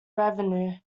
revenue